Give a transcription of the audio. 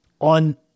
on